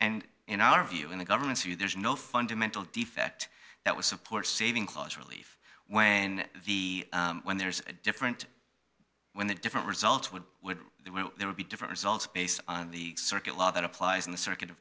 and in our view in the government's view there's no fundamental defect that would support saving clause relief when the when there is a different when the different results would there would be different results based on the circuit law that applies in the circuit of